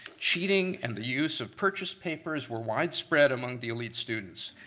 cheating and the use of purchased papers were widespread among the elite students,